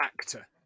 actor